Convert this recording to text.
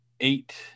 eight